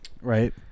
Right